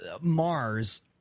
Mars